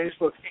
Facebook